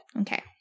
Okay